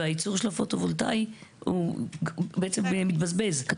והייצור של הפוטו-וולטאי בעצם מתבזבז.